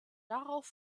darauf